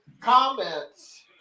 comments